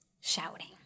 shouting